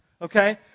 Okay